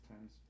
times